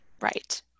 Right